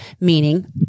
meaning